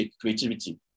creativity